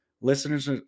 Listeners